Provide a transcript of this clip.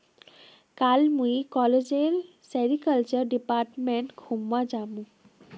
कल मुई कॉलेजेर सेरीकल्चर डिपार्टमेंट घूमवा जामु